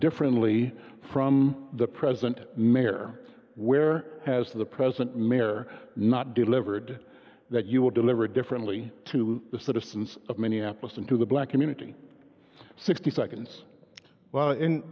differently from the present mayor where has the president mir not delivered that you would deliver differently to the citizens of minneapolis and to the black community sixty seconds well